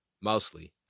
Mostly